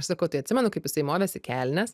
sakau tai atsimenu kaip jisai movėsi kelnes